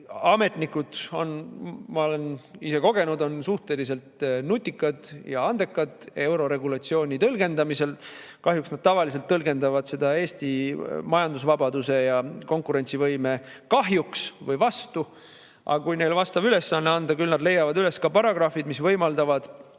ametnikud, ma olen ise kogenud, on suhteliselt nutikad ja andekad euroregulatsiooni tõlgendamisel. Kahjuks nad tavaliselt tõlgendavad seda Eesti majandusvabaduse ja konkurentsivõime kahjuks või vastu. Aga kui neile vastav ülesanne anda, küll nad leiavad üles ka paragrahvid, mis võimaldavad